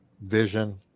vision